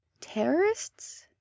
Terrorists